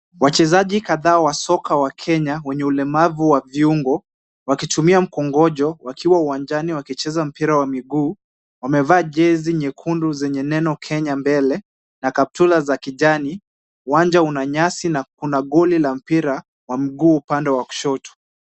Wachezaji kadhaa wa soka wa Kenya wenye ulemavu wa viungo, wakitumia mkongojo wakiwa uwanjani wakicheza mpira wa miguu. Wamevaa jezi nyekundu zenye neno Kenya mbele, na kaptura za kijani. Uwanja una nyasi na kuna goal la mpira wa mguu upande wa kushoto.